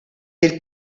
del